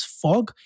fog